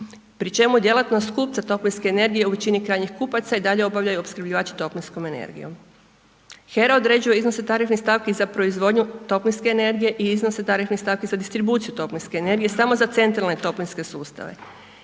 pri čemu je djelatnost kupca toplinske energije u većini krajnjih kupaca i dalje obavljaju opskrbljivači toplinskom energijom. HERA određuje iznose tarifnih stavki za proizvodnju toplinske energije i iznose tarifnih stavki za distribuciju toplinske energije samo za centralne toplinske sustave.